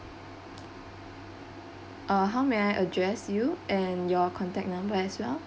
uh how may I address you and your contact number as well